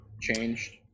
changed